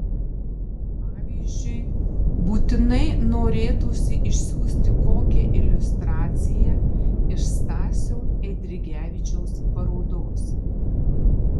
pavyzdžiui būtinai norėtųsi išsiųsti kokią iliustraciją iš stasio eidrigevičiaus parodos